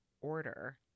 order